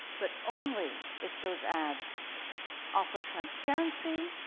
but only if those ads offer transparency,